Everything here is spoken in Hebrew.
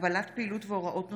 (הגבלת פעילות והוראות נוספות)